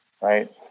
right